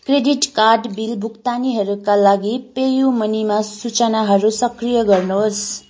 credit card bill भुक्तानीहरूका लागि PayU मनीमा सूचनाहरू सक्रिय गर्नुहोस्